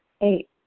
Eight